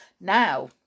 now